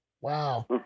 Wow